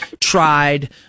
tried